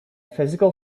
physical